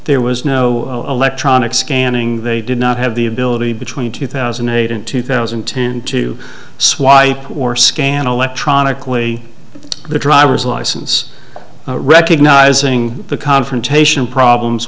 there was no electronic scanning they did not have the ability between two thousand and eight and two thousand and ten to swipe or scan electronically the driver's license recognizing the confrontation problems